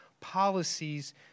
policies